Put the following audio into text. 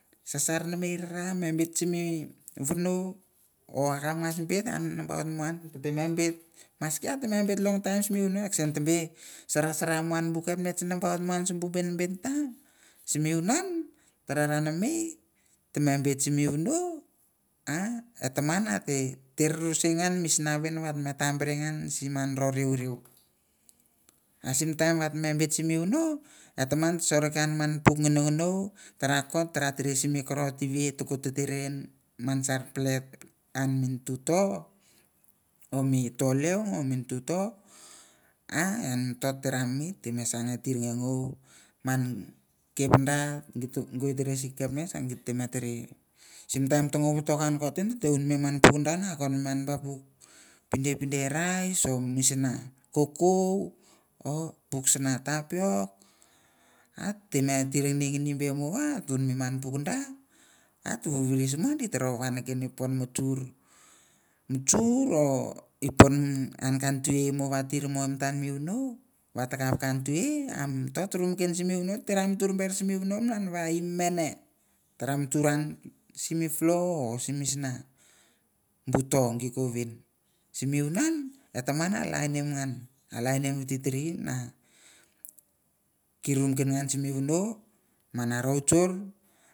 Shashar namei me bet simi wunoh or apangas bit an nambaut muan tito me bit maski ate me bit long taim sim muno santabi sharshar buan me kepnits nambaut muan simbu binginta simi munan taranamei temebit simimunan eh taman at tirus singas misnaven wat me tembring an sim wunoh oh taman sorken man puk kunkuno tara kop tara teresin me korat ivet tokup totir ian man sa plat an me tutoh or me toilong me tutoh eh ian mito ranmei timesa ranmei timesa tir meh ngou man kepdra gotunuk kepnits gete me tere sim taim ta ngou watokan enkoten un me man minda kon ba puk pindepinde or rice or misin kokou or puk sena tapiok an tame tir ningningni be mon en uhn me puk dan ate whis mon tan mewunoh wata kap me chiver amtots rumken simwunoh tara churan sim floor or sim misna buton gukuvin simi wanan en taman en lainim ngan eh three three n kirumken an sim wunoh man rochur